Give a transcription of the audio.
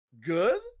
Good